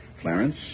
Clarence